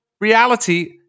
reality